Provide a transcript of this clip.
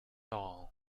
all